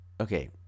Okay